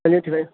چلیے